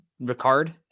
Ricard